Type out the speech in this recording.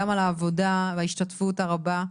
העבודה והשתתפות הרבה.